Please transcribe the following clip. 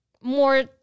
more